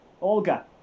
Olga